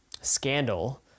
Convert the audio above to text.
scandal